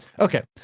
Okay